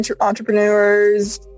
entrepreneurs